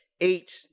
eight